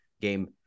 game